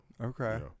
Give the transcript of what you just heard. Okay